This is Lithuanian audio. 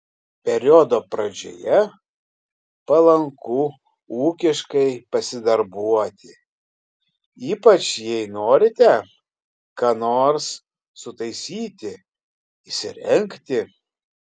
periodo pradžioje palanku ūkiškai pasidarbuoti ypač jei norite ką nors sutaisyti įsirengti